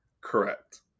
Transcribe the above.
Correct